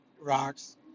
rocks